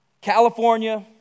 California